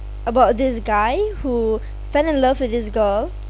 about this guy who fell in love with this girl